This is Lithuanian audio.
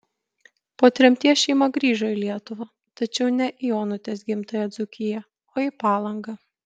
po tremties šeima grįžo į lietuvą tačiau ne į onutės gimtąją dzūkiją o į palangą